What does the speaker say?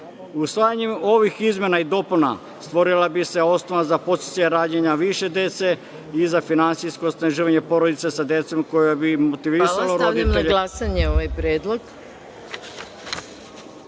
decom. Usvajanjem ovih izmenama i dopuna stvorila bi se osnova za podsticaj rađanja više dece i za finansijsko osnaživanje porodice sa decom koja bi motivisala roditelje…